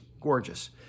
gorgeous